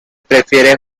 prefiere